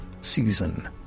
season